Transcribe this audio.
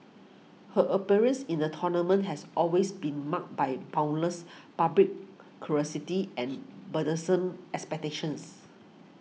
her appearance in the tournament has always been marked by boundless public curiosity and burdensome expectations